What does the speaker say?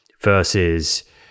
versus